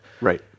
Right